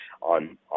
on